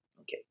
Okay